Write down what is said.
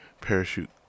Parachute